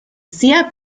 sia